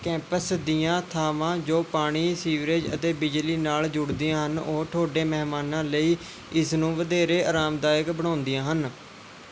campus ਦੀਆਂ ਥਾਵਾਂ ਜੋ ਪਾਣੀ ਸੀਵਰੇਜ ਅਤੇ ਬਿਜਲੀ ਨਾਲ ਜੁੜਦੀਆਂ ਹਨ ਉਹ ਤੁਹਾਡੇ ਮਹਿਮਾਨਾਂ ਲਈ ਇਸ ਨੂੰ ਵਧੇਰੇ ਆਰਾਮਦਾਇਕ ਬਣਾਉਂਦੀਆਂ ਹਨ